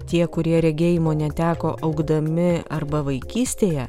tie kurie regėjimo neteko augdami arba vaikystėje